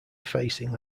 facing